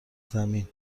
زمین